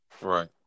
Right